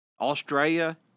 Australia